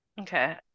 Okay